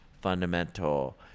fundamental